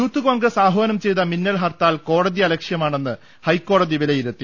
യൂത്ത്കോൺഗ്രസ്ആഹ്വാനം ചെയ്ത മിന്നൽ ഹർത്താൽ കോടതി അലക്ഷ്യമാണെന്ന് ഹൈക്കോടതി വിലയിരുത്തി